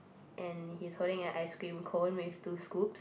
and he's holding a ice cream cone with two scoops